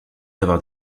d’avoir